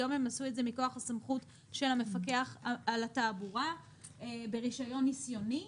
היום הם עשו את זה מכוח הסמכות של המפקח על התעבורה ברישיון ניסיוני